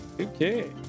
okay